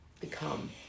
become